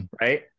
Right